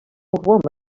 old